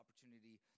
opportunity